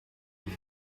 were